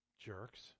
Jerks